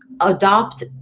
adopt